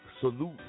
Salute